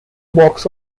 box